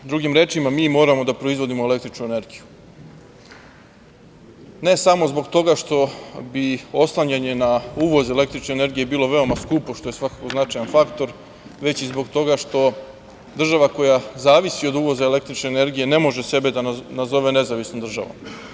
Drugim rečima, mi moramo da proizvodimo električnu energiju, ne samo zbog toga što bi oslanjanje na uvoz električne energije bilo veoma skupo, što je svakako značajan faktor, već i zbog toga što država koja zavisi od uvoza električne energije ne može sebe da nazove nezavisnom državom.